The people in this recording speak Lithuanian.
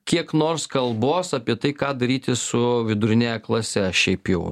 kiek nors kalbos apie tai ką daryti su viduriniąja klase šiaip jau